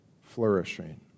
flourishing